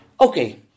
Okay